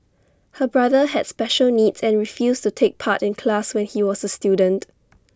her brother had special needs and refused to take part in class when he was A student